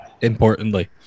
importantly